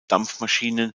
dampfmaschinen